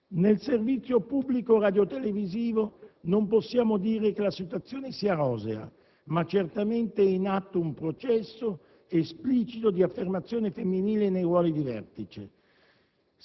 Nel servizio pubblico radiotelevisivo non possiamo dire che la situazione sia rosea, ma certamente è in atto un processo esplicito di affermazione femminile nei ruoli di vertice.